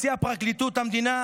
הוציאה פרקליטות המדינה,